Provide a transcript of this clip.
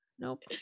Nope